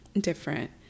different